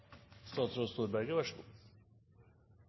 statsråd Storberget